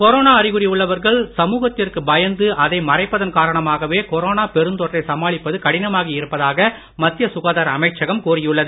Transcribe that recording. corona அறிகுறி உள்ளவர்கள் சமூகத்திற்கு பயந்து அதை மறைப்பதன் காரணமாகவே கொரோனா பெருந்தொற்ற்றை சமாளிப்பது கடினமாகி இருப்பதாக மத்திய சுகாதார அமைச்சகம் கூறியுள்ளது